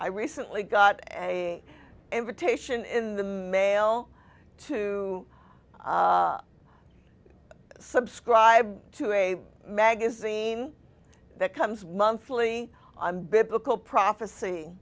i recently got an invitation in the mail to subscribe to a magazine that comes monthly on biblical prophecy